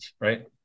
Right